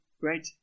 great